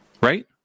Right